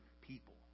people